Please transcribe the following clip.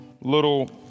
little